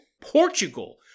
Portugal